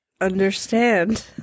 understand